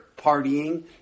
partying